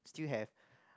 still have